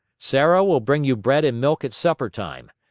sarah will bring you bread and milk at supper-time.